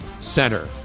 Center